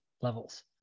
levels